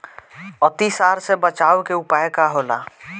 अतिसार से बचाव के उपाय का होला?